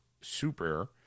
super